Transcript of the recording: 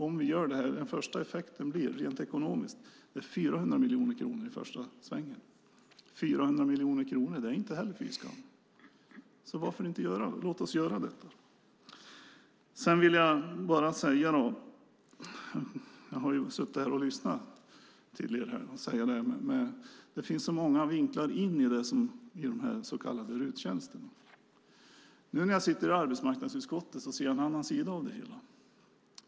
Om vi gör det här blir den första effekten rent ekonomiskt 400 miljoner kronor i första svängen. 400 miljoner kronor är inte fy skam, så varför inte låta oss göra detta? Jag har suttit här och lyssnat till er, och det finns så många vinklar när det gäller frågan om de så kallade RUT-tjänsterna. Nu när jag sitter i arbetsmarknadsutskottet ser jag en annan sida av det hela.